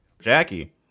Jackie